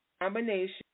combination